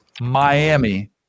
Miami